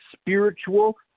spiritual